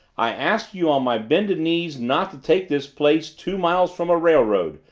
i asked you on my bended knees not to take this place two miles from a railroad,